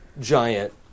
giant